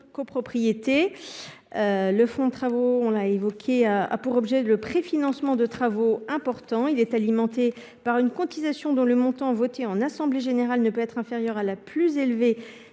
copropriétés. Le fonds de travaux a pour objet le préfinancement de travaux importants. Il est alimenté par une cotisation dont le montant, voté en assemblée générale, ne peut être inférieur à la plus élevée